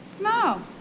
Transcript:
No